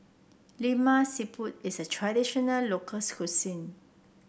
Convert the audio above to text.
Lemak Siput is a traditional local cuisine